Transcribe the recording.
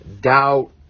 doubt